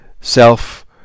self